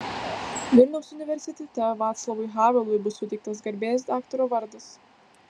vilniaus universitete vaclavui havelui bus suteiktas garbės daktaro vardas